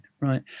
right